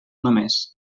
només